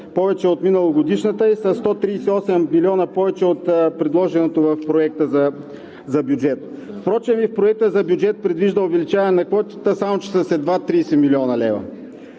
повече от миналогодишната и със 138 милиона повече от предложеното в Проекта за бюджет. Впрочем и Проектът за бюджет предвижда увеличаване на квотите, само че с едва 30 млн. лв.